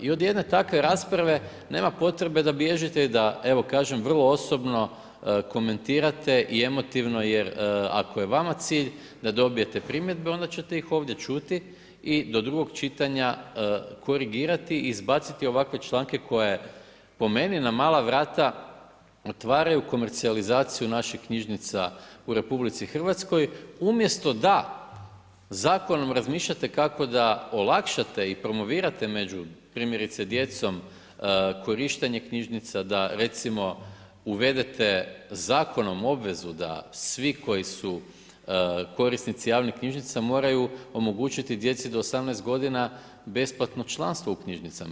I od jedne takve rasprave nema potrebe da bježite i da evo kažem, vrlo osobno komentirate i emotivno jer ako je vama cilj da dobijete primjedbe, onda ćete ih ovdje čuti i do drugog čitanja korigirati i izbaciti ovakve članke koje po meni na mala vrata otvaraju komercijalizaciju naših knjižnica u RH umjesto da zakonom razmišljate kako da olakšate i promovirate među primjerice djecom korištenje knjižnica, recimo da uvedete zakonom obvezu da svi koji su korisnici javnih knjižnica moraju omogućiti djeci do 18 godina besplatno članstvo u knjižnicama.